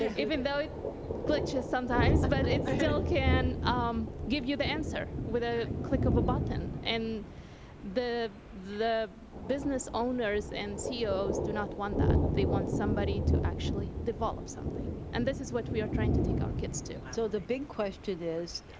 ah even though it glitches some times, but it still can um give you the answer with a click of a button. and the the business owners and ceos do not want that. they want somebody to actually develop something. and this is what we are trying to take our kids to. so the big question is,